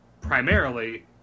primarily